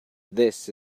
this